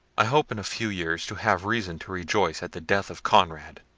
i hope, in a few years, to have reason to rejoice at the death of conrad.